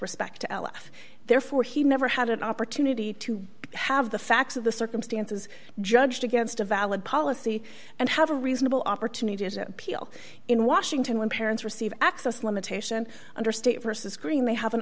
respect to l f therefore he never had an opportunity to have the facts of the circumstances judged against a valid policy and have a reasonable opportunity to peel in washington when parents receive access limitation under state vs screen they have an